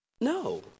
No